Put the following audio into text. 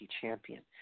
champion